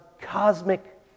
cosmic